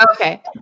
Okay